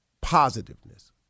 positiveness